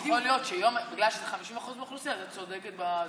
יכול להיות שבגלל שזה 50% מהאוכלוסייה אז את צודקת בזה.